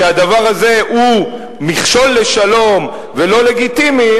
שהדבר הזה הוא מכשול לשלום ולא לגיטימי,